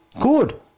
Good